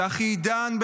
צחי עידן,